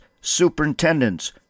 superintendents